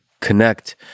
connect